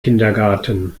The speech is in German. kindergarten